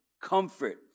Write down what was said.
comfort